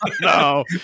no